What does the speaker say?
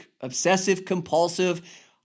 obsessive-compulsive